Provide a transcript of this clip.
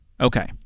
okay